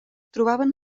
trobaven